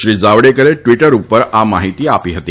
શ્રી જાવડેકરે ટવીટર ઉપર આ માહિતી આપી છે